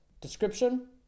description